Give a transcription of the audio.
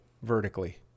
vertically